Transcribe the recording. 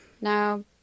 now